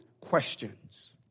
questions